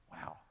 Wow